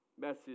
message